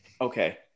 Okay